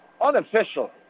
unofficial